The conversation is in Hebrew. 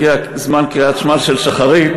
הגיע זמן קריאת שמע של שחרית",